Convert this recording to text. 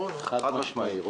ברור, חד-משמעית.